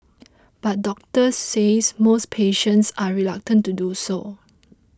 but doctors say most patients are reluctant to do so